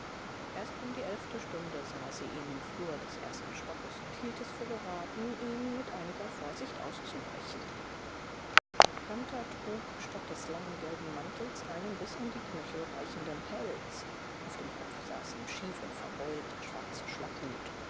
erst um die elfte stunde sah sie ihn im flur des ersten stockes und hielt es für geraten ihm mit einiger vorsicht auszuweichen hunter trug statt des langen gelben mantels einen bis an die knöchel reichenden pelz auf dem kopf saß ihm schief und verbeult der schwarze schlapphut